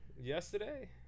yesterday